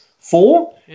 Four